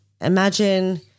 Imagine